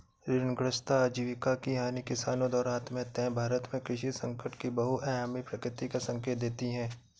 ऋणग्रस्तता आजीविका की हानि किसानों द्वारा आत्महत्याएं भारत में कृषि संकट की बहुआयामी प्रकृति का संकेत देती है